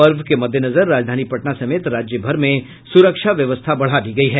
पर्व के मद्देनजर राजधानी पटना समेत राज्यभर में सुरक्षा व्यवस्था बढ़ा दी गयी है